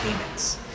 payments